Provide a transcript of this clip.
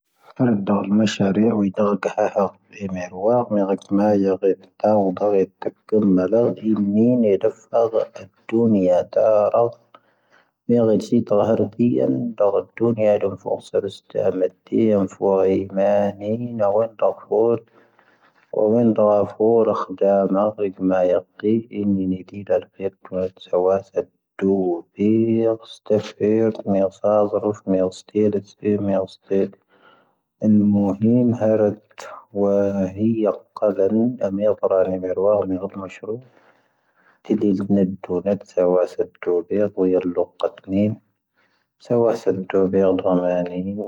ʻⵎoⵀⵉⵎ ⵀⴰⵔⴰⵜ ⵡⴰ ⵀⵉ ⵢⴰⴽⵇⴰⵍⴰⵏ ʻⴰⵎⵉⴰⵜ ⵔāⵔⵉⵎ ʻⵉⵔⵡāⵍ ʻⵎⵉʻⵓ ʻⵎⴰⵙⵀⵔⵓ. ʻⵜⵉⴷⵉⵣ ⵏⵉⴷⵓⵏⴰⵜ ʻⵙⴰⵡⴰⵙⴰⴷ ʻⴷⵓⴱⵉⵢⴰⴷ ʻⵓ ⵉⵍⵍⵓⵇⵇⴰⵜ ʻⴳⵏⴻⴻⵎ. ʻⵙⴰⵡⴰⵙⴰⴷ ʻⴷⵓⴱⵉⵢⴰⴷ ʻⴰⵎⴰⵏⵉ.